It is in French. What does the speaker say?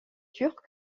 turcs